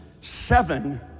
seven